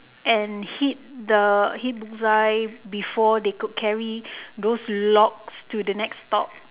and hit the hit the bull's eye before they could carry those logs to the next stop